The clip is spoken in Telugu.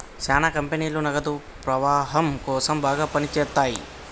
శ్యానా కంపెనీలు నగదు ప్రవాహం కోసం బాగా పని చేత్తయ్యి